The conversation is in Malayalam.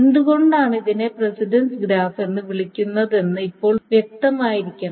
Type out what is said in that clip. എന്തുകൊണ്ടാണ് ഇതിനെ പ്രസിഡൻസ് ഗ്രാഫ് എന്ന് വിളിക്കുന്നതെന്ന് ഇപ്പോൾ വ്യക്തമായിരിക്കണം